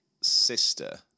sister